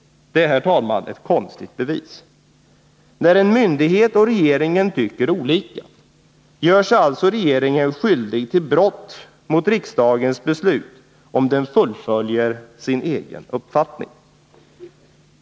Det är, herr talman, ett konstigt bevis. När en myndighet och regeringen tycker olika gör sig alltså regeringen skyldig till brott mot riksdagens beslut, om den fullföljer sin egen uppfattning.